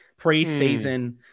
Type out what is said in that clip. preseason